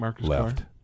left